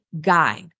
guide